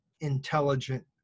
intelligent